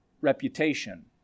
reputation